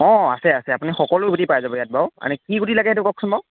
অঁ আছে আছে আপুনি সকলো গুটি পাই যাব ইয়াত বাৰু আপুনি কি গুটি লাগে এইটো কওকচোন বাৰু